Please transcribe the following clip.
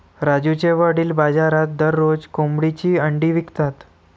राजूचे वडील बाजारात दररोज कोंबडीची अंडी विकतात